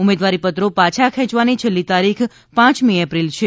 ઉમેદવારી પત્રો પાછા ખેંચવાની છેલ્લી તારીખ પાંચમી એપ્રિલ છે